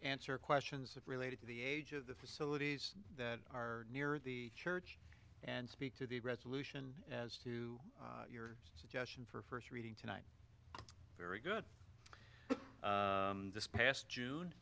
answer questions related to the age of the facilities that are near the church and speak to the resolution as to your suggestion for first reading tonight very good this past